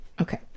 okay